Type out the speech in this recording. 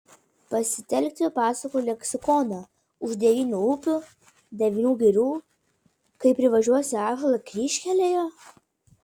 pasitelkti pasakų leksikoną už devynių upių devynių girių kai privažiuosi ąžuolą kryžkelėje